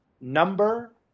Number